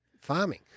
Farming